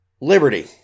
Liberty